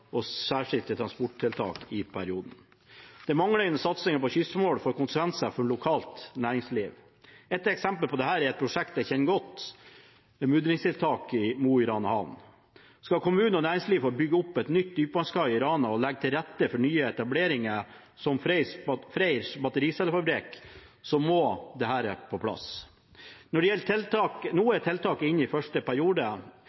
og særskilte transporttiltak i perioden. Den manglende satsingen på kystformål får konsekvenser for lokalt næringsliv. Et av eksemplene på dette er et prosjekt jeg kjenner godt: mudringstiltak i Mo i Rana Havn. Skal kommunen og næringslivet få bygge opp en ny dypvannskai i Rana og legge til rette for nye etableringer, som Freyrs battericellefabrikk, må dette på plass. Noen tiltak er inne i første periode, og det